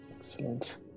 Excellent